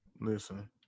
Listen